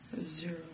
zero